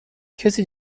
کسی